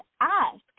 ask